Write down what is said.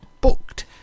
booked